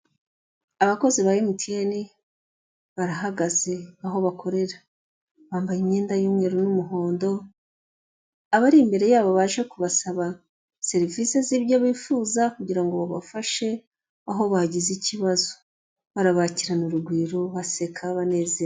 Abakozi ba MTN barahagaze aho bakorera, bambaye imyenda y'umweru n'umuhondo, abari imbere yabo baje kubasaba serivisi z'ibyo bifuza kugira ngo babafashe aho bagize ikibazo, barabakirana urugwiro, baseka, banezerewe.